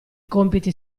compiti